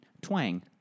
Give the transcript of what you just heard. Twang